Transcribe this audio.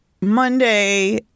Monday